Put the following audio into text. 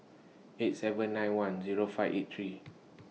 eight seven nine one Zero five eight three